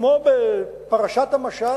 כמו בפרשת המשט,